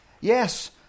Yes